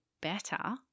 Better